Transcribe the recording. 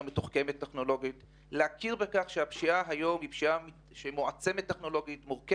מתוחכמת טכנולוגית עמד בשנת 2016 על כ-1.6 מיליון ש"ח בלבד